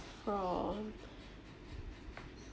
from